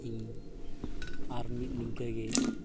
ᱤᱧ ᱟᱨ ᱢᱤᱫ ᱱᱤᱝᱠᱟᱹᱜᱮ